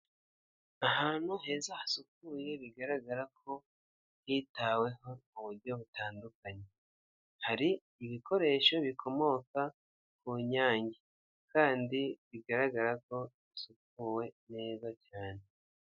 Ahantu heza hasukuye bigaragara ko hitaweho mu buryo butandukanye, hari ibikoresho bikomoka ku Nyange kandi bigaragara ko bisukuwe neza cyane.